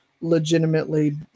legitimately